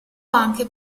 anche